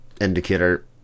Indicator